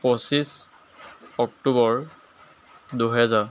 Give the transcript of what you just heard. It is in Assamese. পঁচিছ অক্টোবৰ দুহেজাৰ